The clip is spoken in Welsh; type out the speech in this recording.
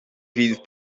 fydd